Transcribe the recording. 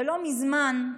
שלא מזמן,